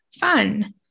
fun